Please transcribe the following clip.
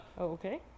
Okay